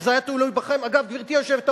אם זה היה תלוי בכם, אגב, גברתי היושבת-ראש,